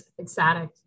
ecstatic